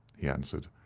he answered.